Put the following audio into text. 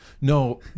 no